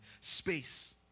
space